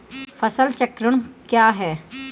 फसल चक्रण क्या है?